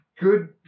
Good